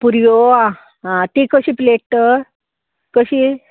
पुरयो आं आं ती कशी प्लेट तर कशी